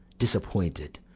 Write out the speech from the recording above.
disappointed,